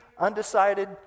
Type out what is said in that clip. undecided